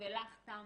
ולך תמי,